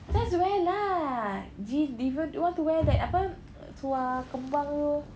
just wear lah jeans even you want to wear that apa seluar kembang tu